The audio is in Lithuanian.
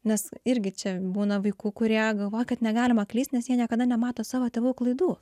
nes irgi čia būna vaikų kurie galvoja kad negalima klysti nes jie niekada nemato savo tėvų klaidų